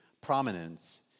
prominence